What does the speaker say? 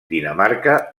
dinamarca